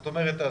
זאת אומרת,